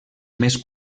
més